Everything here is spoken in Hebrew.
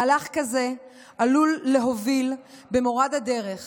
מהלך כזה עלול להוביל במורד הדרך